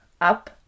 up